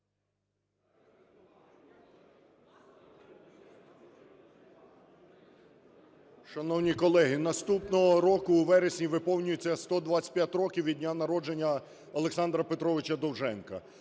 Шановні колеги, наступного року у вересні виповнюється 125 років від дня народження Олександра Петровича Довженка.